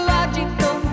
Logical